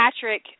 Patrick